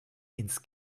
ins